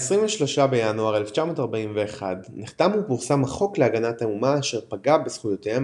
ב-23 בינואר 1941 נחתם ופורסם החוק להגנת האומה אשר פגע בזכויותיהם